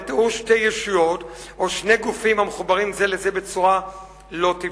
"לתיאור שתי ישויות או שני גופים המחוברים זה לזה בצורה לא טבעית,